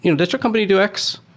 you know does your company do x?